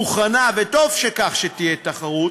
מוכנה, וטוב שתהיה תחרות,